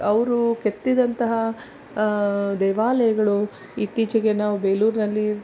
ಅವರು ಕೆತ್ತಿದಂತಹ ದೇವಾಲಯಗಳು ಇತ್ತೀಚೆಗೆ ನಾವು ಬೇಲೂರಿನಲ್ಲಿ